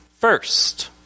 first